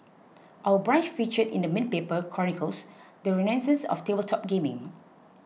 Our Brunch feature in the main paper chronicles the renaissance of tabletop gaming